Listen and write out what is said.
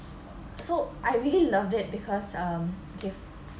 so I really loved it because um